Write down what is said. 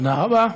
תודה רבה.